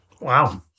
Wow